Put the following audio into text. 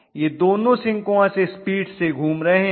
यह दोनों synchronous speed से घूम रहे हैं